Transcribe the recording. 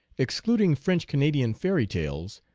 excluding french canadian fairy tales,